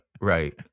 Right